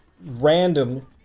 random